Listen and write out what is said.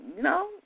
no